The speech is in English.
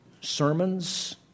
sermons